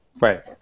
Right